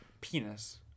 penis